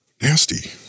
Nasty